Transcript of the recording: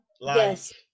Yes